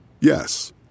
Yes